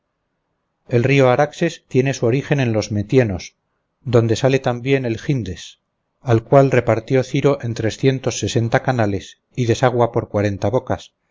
el río araxes tiene su origen en los metienos donde sale también el gyndes al cual repartió ciro en trescientos sesenta canales y desagua por cuarenta bocas